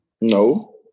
No